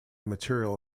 material